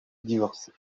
divorcée